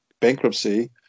bankruptcy